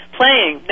playing